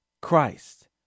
Christ